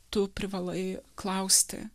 tu privalai klausti